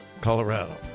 Colorado